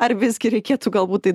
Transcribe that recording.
ar visgi reikėtų galbūt tai